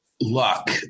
luck